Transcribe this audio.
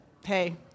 hey